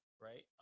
right